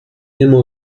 nimmer